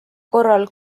korral